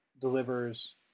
delivers